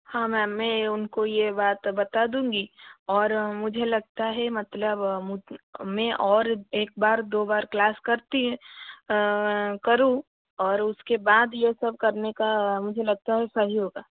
हाँ मेम मैं उनको ये बात बता दूँगी और मुझे लगता है मतलब मुझे मैं और एक बार दो बार क्लास करती करूँ और उसके बाद ये सब करने का मुझे लगता है सही होगा